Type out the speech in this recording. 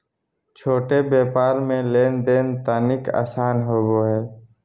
छोट व्यापार मे लेन देन तनिक आसान होवो हय